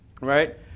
right